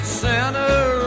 center